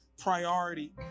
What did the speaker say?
priority